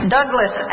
Douglas